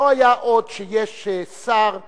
שלא היה עוד שיש שר בקווטה,